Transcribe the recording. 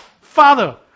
father